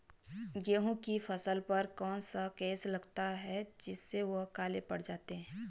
गेहूँ की फसल पर कौन सा केस लगता है जिससे वह काले पड़ जाते हैं?